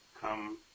come